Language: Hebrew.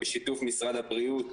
ובשיתוף משרד הבריאות,